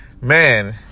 Man